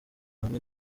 hamwe